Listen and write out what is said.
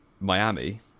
Miami